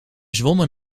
zwommen